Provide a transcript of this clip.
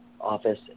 office